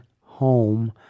home